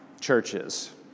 churches